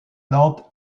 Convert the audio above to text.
nantes